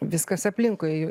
viskas aplinkui ju